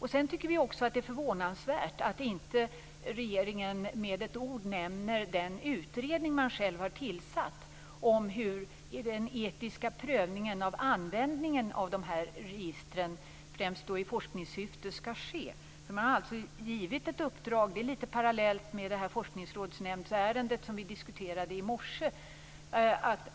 Vi tycker också att det är förvånansvärt att inte regeringen med ett ord nämner den utredning den själv har tillsatt om hur den etiska prövningen av användningen av dessa register, främst i forskningssyfte, skall ske. Det är litet grand parallellt med det forskningsrådnämndsärende som vi diskuterade i morse.